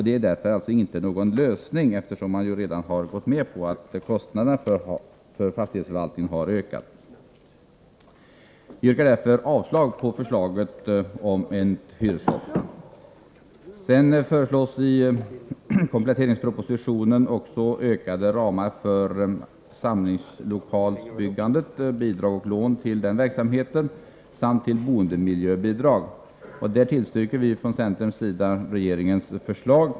Det är alltså inte någon lösning, eftersom man redan har gått med på att kostnaderna för fastighetsförvaltning ökar. Vi yrkar avslag på förslaget om ett hyresstopp. I kompletteringspropositionen föreslås också ökade ramar för samlingslo .kalsbyggande, bidrag och lån till denna verksamhet samt ett boendemiljö bidrag. Där tillstyrker vi från centerns sida regeringens förslag.